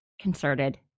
concerted